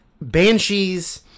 Banshees